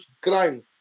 crime